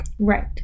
Right